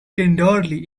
tenderly